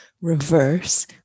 reverse